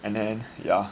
and then yeah